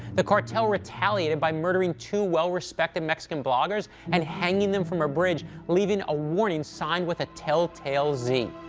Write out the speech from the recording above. the cartel retaliated by murdering two well-respected mexican bloggers and hanging them from a bridge, leaving a warning sign with a tell-tale z.